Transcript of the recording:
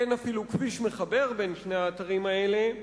אבל אין אפילו כביש שמחבר בין שני האתרים האלה.